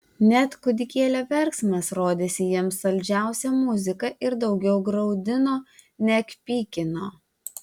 net kūdikėlio verksmas rodėsi jiems saldžiausia muzika ir daugiau graudino neg pykino